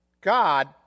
God